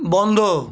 বন্ধ